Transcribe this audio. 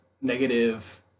negative